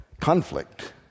conflict